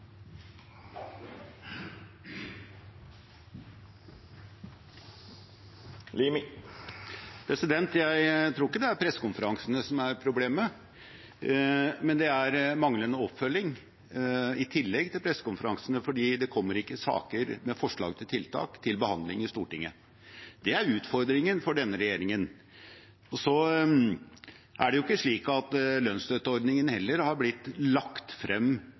Jeg tror ikke det er pressekonferansene som er problemet, men manglende oppfølging i tillegg til pressekonferansene, for det kommer ikke saker med forslag til tiltak til behandling i Stortinget. Det er utfordringen for denne regjeringen. Så er det jo ikke slik at lønnsstøtteordningen har blitt lagt frem